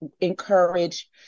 encourage